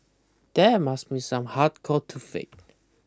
that must be some hardcore toothache